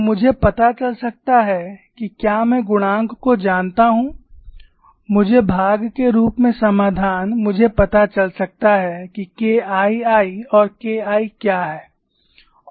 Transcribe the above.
तो मुझे पता चल सकता है कि क्या मैं गुणांक को जानता हूं भाग के रूप में समाधान मुझे पता चल सकता है कि KII और KI क्या है